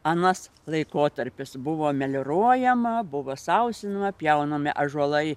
anas laikotarpis buvo melioruojama buvo sausinama pjaunami ąžuolai